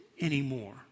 anymore